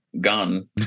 gun